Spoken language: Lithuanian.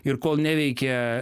ir kol neveikia